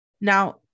Now